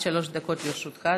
עד שלוש דקות לרשותך,